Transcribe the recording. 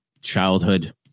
childhood